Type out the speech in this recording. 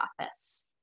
office